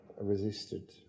resisted